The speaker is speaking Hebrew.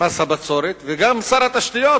מס הבצורת, כנ"ל שר התשתיות.